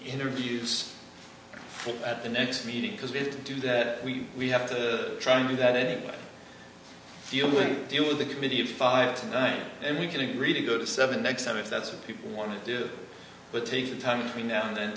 interviews at the next meeting because we have to do that we we have to try and do that it only deal with a committee of five to nine and we can agree to go to seven next time if that's what people want to do but take the time between now and then